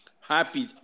happy